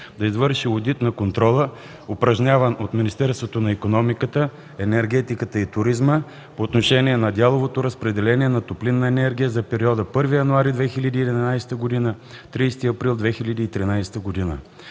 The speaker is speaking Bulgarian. да извърши Одит на контрола, упражняван от Министерството на икономиката, енергетиката и туризма по отношение на дяловото разпределение на топлинна енергия за периода 1 януари 2011 г. – 30 април 2013 г.